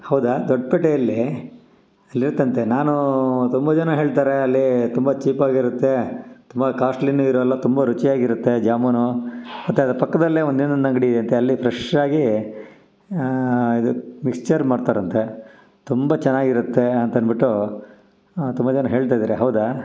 ಹೌದಾ ದೊಡ್ಡಪೇಟೆಯಲ್ಲಿ ಅಲ್ಲಿರತ್ತಂತೆ ನಾನು ತುಂಬ ಜನ ಹೇಳ್ತಾರೆ ಅಲ್ಲಿ ತುಂಬ ಚೀಪಾಗಿರುತ್ತೆ ತುಂಬ ಕಾಶ್ಟ್ಲಿನೂ ಇರಲ್ಲ ತುಂಬ ರುಚಿಯಾಗಿ ಇರುತ್ತೆ ಜಾಮೂನು ಮತ್ತೆ ಅದ್ರ ಪಕ್ಕದಲ್ಲೆ ಒಂದು ಇನ್ನೊಂದು ಅಂಗಡಿ ಇದೆ ಅಂತೆ ಅಲ್ಲಿ ಫ್ರೆಶ್ಶಾಗಿ ಇದು ಮಿಕ್ಸ್ಚರ್ ಮಾಡ್ತಾರಂತೆ ತುಂಬ ಚೆನ್ನಾಗಿರುತ್ತೆ ಅಂತ ಅಂದ್ಬಿಟ್ಟು ತುಂಬ ಜನ ಹೇಳ್ತಯಿದ್ದಾರೆ ಹೌದಾ